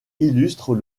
illustrent